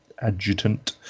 Adjutant